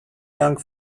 young